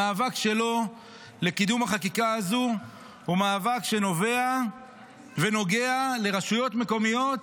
המאבק שלו לקידום החקיקה הזו הוא מאבק שנובע ונוגע לרשויות מקומיות